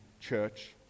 church